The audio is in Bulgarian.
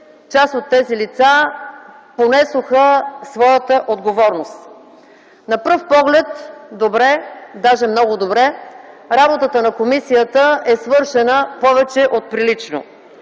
част от тези лица понесоха своята отговорност. На пръв поглед добре, даже много добре – работата на комисията е свършена повече от прилично.